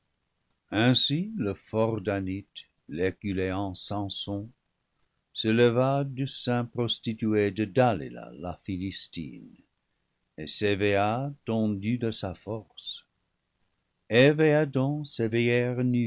ainsi le fort danite l'herculéen samson se leva du sein prostitué de dalila la philistine et s'éveilla tondu de sa force eve et adam